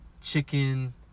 chicken